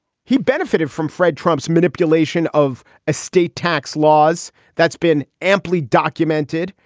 he benefited from fred trump's manipulation of estate tax laws. that's been amply documented.